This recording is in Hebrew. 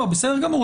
בסדר גמור.